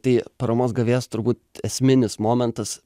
tai paramos gavėjas turbūt esminis momentas